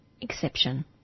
Exception